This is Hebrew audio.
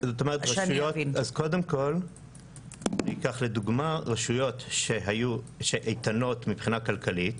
קודם כל אני אקח לדוגמא רשויות שאיתנות מבחינה כלכלית.